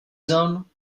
zone